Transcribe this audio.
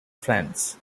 france